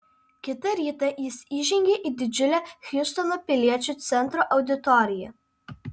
kitą rytą jis įžengė į didžiulę hjustono piliečių centro auditoriją